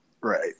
Right